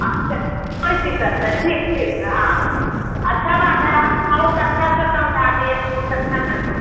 अच्छा कोई दिक़्क़त नहीं ठीक ठीक है हाँ अच्छा बात है आप बहुत अच्छा से समझा दिए बहुत अच्छा लगा